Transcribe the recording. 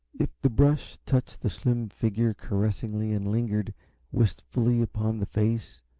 if the brush touched the slim figure caressingly and lingered wistfully upon the face,